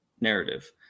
narrative